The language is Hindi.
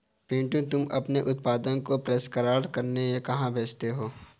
पिंटू तुम अपने उत्पादन को प्रसंस्करण करने कहां भेजते हो?